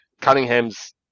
Cunningham's